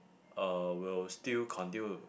uh will still continue to